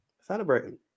Celebrating